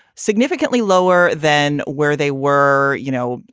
significantly lower than where they were. you know,